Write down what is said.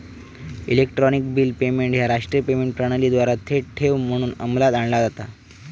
electronic bill payment ह्या राष्ट्रीय payment प्रणालीद्वारा थेट ठेव म्हणून अंमलात आणला जाता